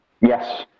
Yes